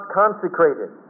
consecrated